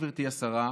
גברתי השרה,